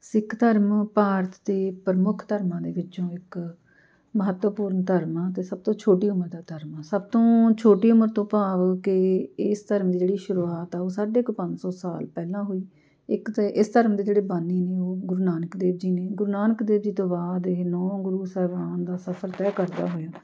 ਸਿੱਖ ਧਰਮ ਭਾਰਤ ਦੇ ਪ੍ਰਮੁੱਖ ਧਰਮਾਂ ਦੇ ਵਿੱਚੋਂ ਇੱਕ ਮਹੱਤਵਪੂਰਨ ਧਰਮ ਆ ਅਤੇ ਸਭ ਤੋਂ ਛੋਟੀ ਉਮਰ ਦਾ ਧਰਮ ਆ ਸਭ ਤੋਂ ਛੋਟੀ ਉਮਰ ਤੋਂ ਭਾਵ ਕਿ ਇਸ ਧਰਮ ਦੀ ਜਿਹੜੀ ਸ਼ੁਰੂਆਤ ਆ ਉਹ ਸਾਢੇ ਕੁ ਪੰਜ ਸੌ ਸਾਲ ਪਹਿਲਾਂ ਹੋਈ ਇੱਕ ਤਾਂ ਇਸ ਧਰਮ ਦੇ ਜਿਹੜੇ ਬਾਨੀ ਨੇ ਉਹ ਗੁਰੂ ਨਾਨਕ ਦੇਵ ਜੀ ਨੇ ਗੁਰੂ ਨਾਨਕ ਦੇਵ ਜੀ ਤੋਂ ਬਾਅਦ ਇਹ ਨੌ ਗੁਰੂ ਸਾਹਿਬਾਨ ਦਾ ਸਫ਼ਰ ਤੈਅ ਕਰਦਾ ਹੋਇਆ